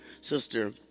sister